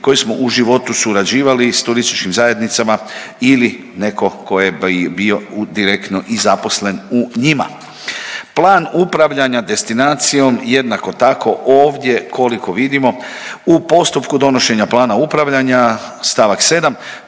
koji smo u životu surađivali sa turističkim zajednicama ili netko tko je bio direktno i zaposlen u njima. Plan upravljanja destinacijom jednako tako ovdje koliko vidimo u postupku donošenja plana upravljanja stavak 7.